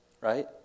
right